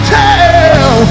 tell